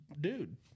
dude